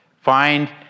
Find